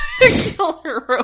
Killer